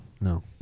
No